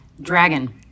Dragon